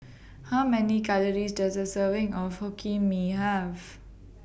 How Many Calories Does A Serving of Hokkien Mee Have